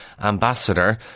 ambassador